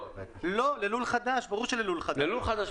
ברור שלול חדש.